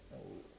oh